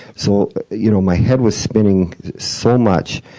so you know my head was spinning so much,